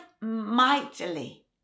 mightily